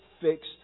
fixed